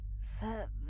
Seven